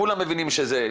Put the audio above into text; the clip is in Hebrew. כולם מבינים שזה,